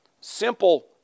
simple